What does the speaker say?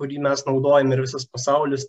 kurį mes naudojam ir visas pasaulis